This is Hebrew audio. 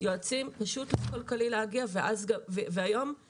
פשוט תשנו את היחס.